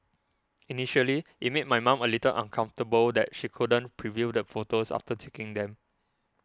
initially it made my mom a little uncomfortable that she couldn't preview the photos after taking them